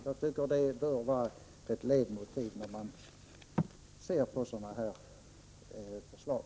Jag tycker att det bör vara ett ledmotiv när man ser på sådana här förslag.